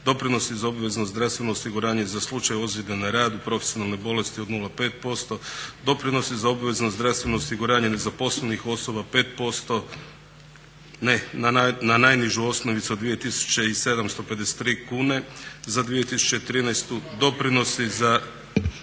doprinosi za obvezno zdravstveno osiguranje za slučaj ozlijede na radu, profesionalne bolesti od 0,5%, doprinosi za obvezno zdravstveno osiguranje nezaposlenih osoba 5%, ne na najnižu osnovicu od 1753 kune za 2013. doprinosi za